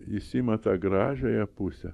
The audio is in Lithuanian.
jis ima tą gražiąją pusę